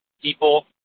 people